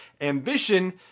Ambition